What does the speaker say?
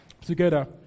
together